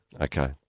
Okay